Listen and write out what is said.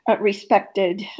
respected